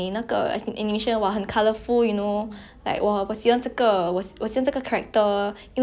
like !wah! 他的衣服很美 that kind of thing but then like when you grow up when you watch rewatch the movie right you can like find a lot hidden meanings